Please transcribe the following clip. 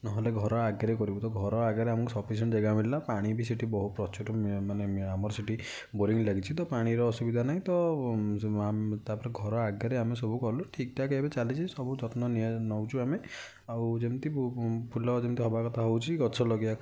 ନହେଲେ ଘର ଆଗରେ କରିବୁ ତ ଘର ଆଗରେ ଆମକୁ ସଫିସେଣ୍ଟ୍ ଜାଗା ମିଳିଲା ପାଣି ବି ସେଠି ବହୁ ପ୍ରଚୁର ମାନେ ଆମର ସେଠି ବୋରିଂ ଲାଗିଛି ତ ଆମର ସେଠି ପାଣିର ଅସୁବିଧା ନାହିଁ ତ ତା'ପରେ ଘର ଆଗରେ ଆମେ ସବୁ କଲୁ ଠିକ୍ଠାକ୍ ଏବେ ଚାଲିଛି ସବୁ ଯତ୍ନ ନିଆ ନେଉଛୁ ଆମେ ଆଉ ଯେମିତି ଫୁଲ ଯେମିତି ହେବା କଥା ହେଉଛି ଗଛ ଲଗାଇବା